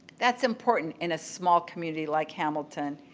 that's important in a small community like hamilton.